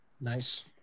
Nice